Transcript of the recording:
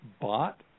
bought